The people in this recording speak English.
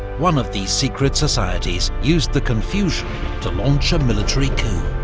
one of these secret societies used the confusion to launch a military coup.